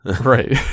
right